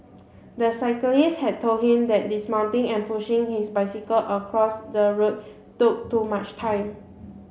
the cyclist had told him that dismounting and pushing his bicycle across the road took too much time